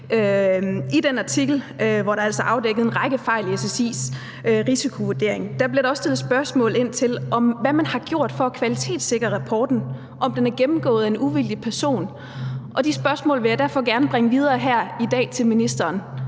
I den artikel, hvor der altså er afdækket en række fejl i SSI's risikovurdering, bliver der også stillet spørgsmål til, hvad man har gjort for at kvalitetssikre rapporten, om den er gennemgået af en uvildig person. Og de spørgsmål vil jeg derfor gerne bringe videre her i dag til ministeren.